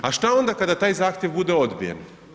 A što onda kada taj zahtjev bude odbijen?